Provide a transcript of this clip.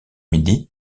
midi